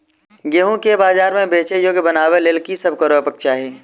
गेंहूँ केँ बजार मे बेचै योग्य बनाबय लेल की सब करबाक चाहि?